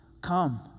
Come